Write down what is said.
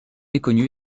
méconnue